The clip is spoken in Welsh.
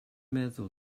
meddwl